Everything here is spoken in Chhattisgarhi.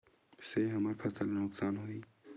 से हमर फसल ला नुकसान होही?